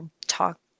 talk